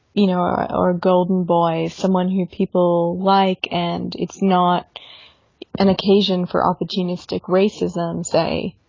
you know, or a golden boy, someone who people like, and it's not an occasion for opportunistic racism, say,